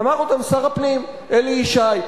אמר אותם שר הפנים אלי ישי,